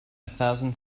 thousand